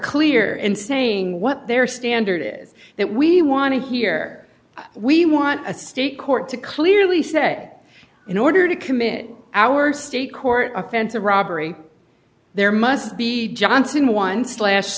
clear in saying what their standard is that we want to hear we want a state court to clearly set in order to commit our state court offense of robbery there must be johnson once las